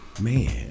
man